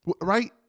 Right